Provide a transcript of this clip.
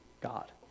God